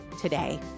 today